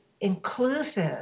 inclusive